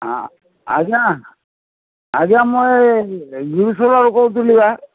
ହଁ ଆଜ୍ଞା ଆଜ୍ଞା ମୁଇଁ ଏ ଗୁରୁସରାରୁ କହୁଥିଲି ବା